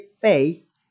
faith